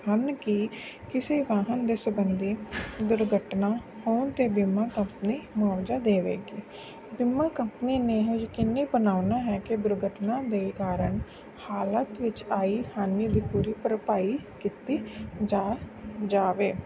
ਹਨ ਕਿ ਕਿਸੇ ਵਾਹਨ ਦੇ ਸੰਬੰਧੀ ਦੁਰਘਟਨਾ ਹੋਣ 'ਤੇ ਬੀਮਾ ਕੰਪਨੀ ਮੁਆਵਜ਼ਾ ਦੇਵੇਗੀ ਬੀਮਾ ਕੰਪਨੀ ਨੇ ਇਹ ਯਕੀਨੀ ਬਣਾਉਣਾ ਹੈ ਕਿ ਦੁਰਘਟਨਾ ਦੇ ਕਾਰਨ ਹਾਲਤ ਵਿੱਚ ਆਈ ਹਾਨੀ ਦੀ ਪੂਰੀ ਭਰਪਾਈ ਕੀਤੀ ਜਾਵੇ ਜਾਵੇ